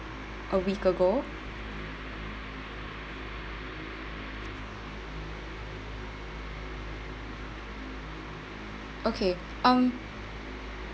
a week ago okay um